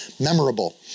memorable